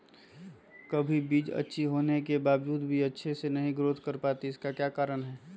कभी बीज अच्छी होने के बावजूद भी अच्छे से नहीं ग्रोथ कर पाती इसका क्या कारण है?